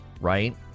right